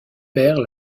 perd